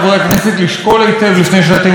לשקול היטב לפני שאתם מצביעים.